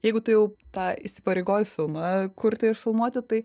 jeigu tu jau tą įsipareigoji filmą kurti ir filmuoti tai